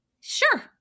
sure